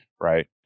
right